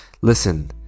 listen